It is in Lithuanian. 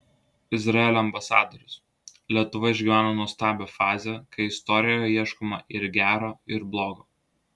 izraelio ambasadorius lietuva išgyvena nuostabią fazę kai istorijoje ieškoma ir gero ir blogo